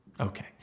Okay